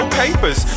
papers